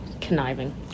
conniving